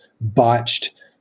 botched